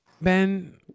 Ben